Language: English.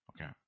Okay